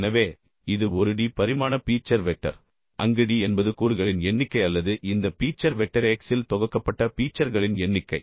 எனவே இது ஒரு d பரிமாண பீச்சர் வெக்டர் அங்கு d என்பது கூறுகளின் எண்ணிக்கை அல்லது இந்த பீச்சர் வெக்டர் x இல் தொகுக்கப்பட்ட பீச்சர்களின் எண்ணிக்கை